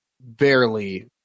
barely